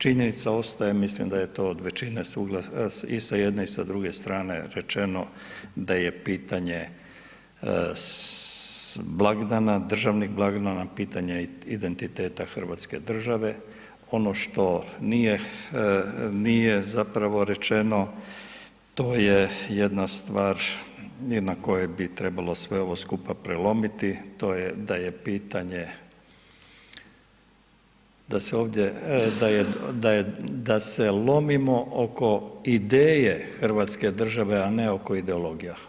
Činjenica ostaje, mislim da je tu većina je suglasna, i sa jedne i sa druge strane rečeno, da je pitanje blagdana, državnih blagdana, pitanje identiteta hrvatske države, ono što nije zapravo rečeno, to je jedna stvar na kojoj bi trebalo sve ovo skupa prelomiti, to je da je pitanje da se lomimo oko ideje hrvatske države a ne oko ideologija.